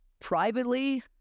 Privately